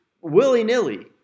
willy-nilly